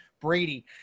Brady